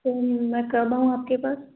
sir मैं कब आऊँ आपके पास